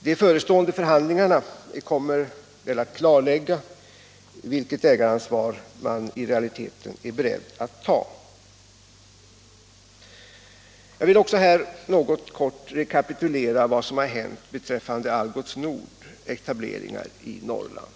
De förestående förhandlingarna kommer väl att klarlägga vilket ägaransvar man i realiteten är beredd att ta. Jag vill också här kort rekapitulera vad som har hänt beträffande Algots Nords etableringar i Norrland.